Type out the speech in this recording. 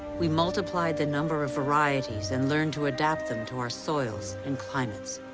we multiplied the number of varieties and learned to adapt them to our soils and climates.